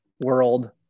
world